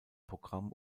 programm